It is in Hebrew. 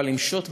אבל עם שוט ביד.